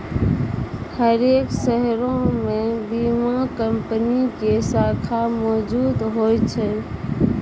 हरेक शहरो मे बीमा कंपनी के शाखा मौजुद होय छै